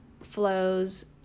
flows